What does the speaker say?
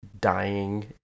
dying